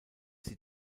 sie